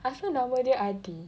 asal nama dia Adi